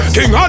King